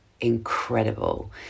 incredible